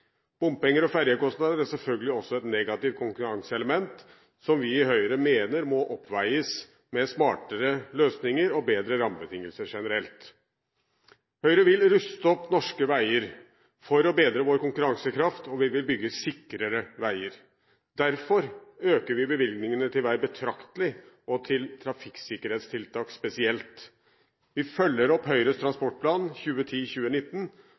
Bompenger og ferjekostnader er selvfølgelig også et negativt konkurranseelement, som vi i Høyre mener må oppveies av smartere løsninger og bedre rammebetingelser generelt. Høyre vil ruste opp norske veier for å bedre vår konkurransekraft, og vi vil bygge sikrere veier. Derfor øker vi bevilgningene til vei betraktelig – og til trafikksikkerhetstiltak spesielt. Vi følger opp Høyres